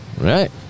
Right